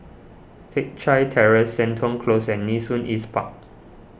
Teck Chye Terrace Seton Close and Nee Soon East Park